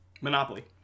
Monopoly